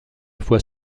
fois